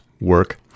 work